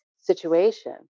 situation